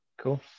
Cool